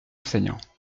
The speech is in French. enseignants